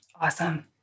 Awesome